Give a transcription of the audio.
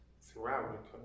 throughout